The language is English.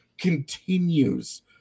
Continues